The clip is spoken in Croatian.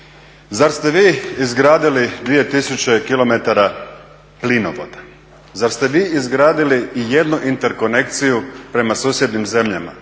Zar ste vi izgradili 2 tisuće kilometara plinovoda, zar ste vi izgradili ijednu interkonekciju prema susjednim zemljama?